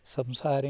സംസാരങ്ങളും